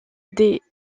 des